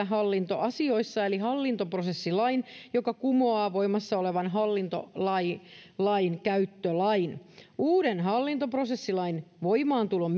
hallintoasioissa eli hallintoprosessilain joka kumoaa voimassa olevan hallintolainkäyttölain uuden hallintoprosessilain voimaantulon